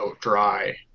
dry